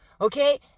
Okay